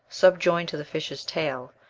subjoined to the fish's tail.